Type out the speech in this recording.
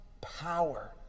power